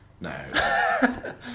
No